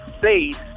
face